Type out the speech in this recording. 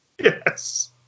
Yes